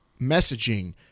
messaging